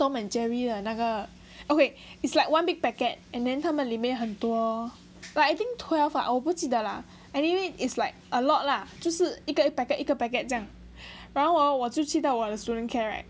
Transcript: tom and jerry 的那个 okay is like one big packet and then 他们里面很多 like I think twelve ah 我不记得 lah anyway is like a lot lah 就是一个 packet 一个 packet 这样然后我去到我的 student care right